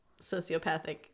sociopathic